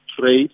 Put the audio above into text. trade